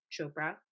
Chopra